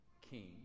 King